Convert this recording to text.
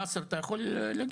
נאסר אתה יכול להגיד?